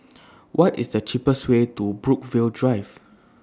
What IS The cheapest Way to Brookvale Drive